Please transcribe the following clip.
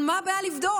אבל מה הבעיה לבדוק?